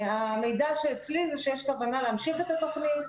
המידע שיש אצלי שיש כוונה להמשיך את התוכנית,